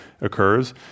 occurs